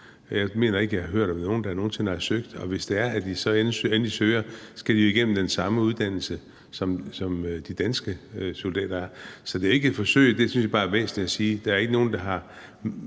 jeg nogen sinde har hørt om nogen, der har søgt, og hvis det er, at de så endelig søger, skal de jo igennem den samme uddannelse, som de danske soldater skal. Så jeg synes bare, det er væsentligt at sige, at der ikke er nogen, der har